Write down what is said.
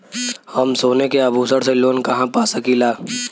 हम सोने के आभूषण से लोन कहा पा सकीला?